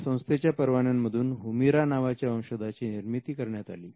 या संस्थेच्या परवान्यांमधून हुमिरा नावाच्या औषधाची निर्मिती करण्यात आली